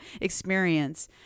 experience